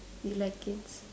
you like kids